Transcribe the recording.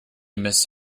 missed